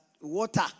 water